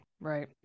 right